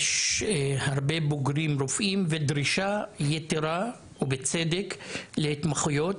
יש הרבה בוגרים רופאים ודרישה יתרה ובצדק להתמחויות,